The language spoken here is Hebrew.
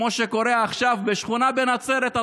כמו שקורה עכשיו בשכונה בנצרת,